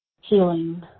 healing